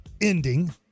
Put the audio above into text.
ending